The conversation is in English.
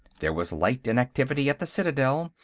there was light and activity at the citadel,